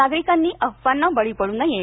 नागरिकांनी अफवांना बळी पड्र नये